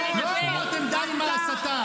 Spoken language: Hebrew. לא אמרתם די עם ההסתה.